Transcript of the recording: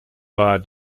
war